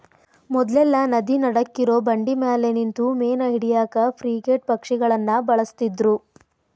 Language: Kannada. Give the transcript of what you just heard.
ಮೊದ್ಲೆಲ್ಲಾ ನದಿ ನಡಕ್ಕಿರೋ ಬಂಡಿಮ್ಯಾಲೆ ನಿಂತು ಮೇನಾ ಹಿಡ್ಯಾಕ ಫ್ರಿಗೇಟ್ ಪಕ್ಷಿಗಳನ್ನ ಬಳಸ್ತಿದ್ರು